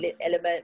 element